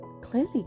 clearly